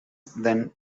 than